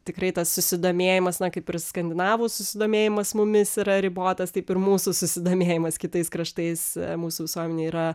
tikrai tas susidomėjimas kaip ir skandinavų susidomėjimas mumis yra ribotas taip ir mūsų susidomėjimas kitais kraštais mūsų visuomenėj yra